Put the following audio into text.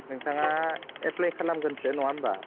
नोंथाङा एफ्लाय खालामगोनसो नङा होनब्ला